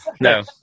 No